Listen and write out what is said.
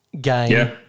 game